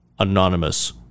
anonymous